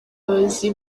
abayobozi